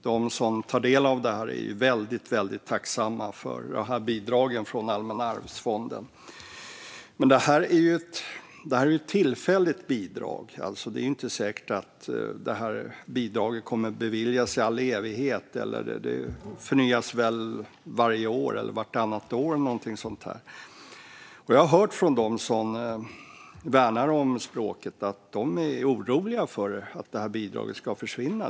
De som tar del av bidraget från Allmänna arvsfonden är mycket tacksamma. Men det är ett tillfälligt bidrag, och det är inte säkert att bidraget kommer att beviljas i all evighet. Det förnyas varje eller vartannat år. Jag har hört från dem som värnar om språket att de är oroliga för att bidraget ska försvinna.